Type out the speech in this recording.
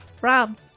Rob